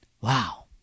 Wow